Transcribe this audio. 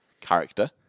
character